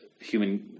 human